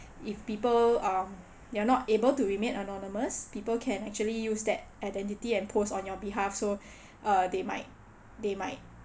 if people um you are not able to remain anonymous people can actually use that identity and post on your behalf so uh they might they might